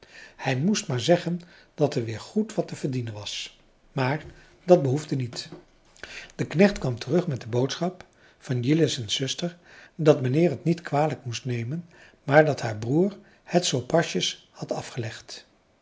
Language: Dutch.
hij moest maar zeggen dat er weer goed wat te verdienen was maar dat behoefde niet de knecht kwam terug met de boodschap van jillessen's zuster dat mijnheer het niet kwalijk moest nemen maar dat haar broer het zoo pasjes had afgelegd